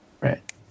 Right